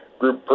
group